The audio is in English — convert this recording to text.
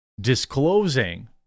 disclosing